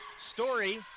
Story